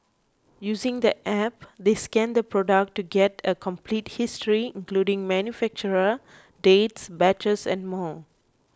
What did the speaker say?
using the App they scan the product to get a complete history including manufacturer dates batches and more